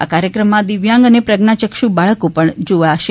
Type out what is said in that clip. આ કાર્યક્રમમાં દિવ્યાંગ અને પ્રજ્ઞાયક્ષ બાળકો પણ જોડાશે